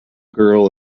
girl